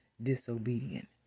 disobedient